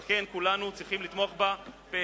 על כן, כולנו צריכים לתמוך בה פה-אחד.